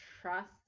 trust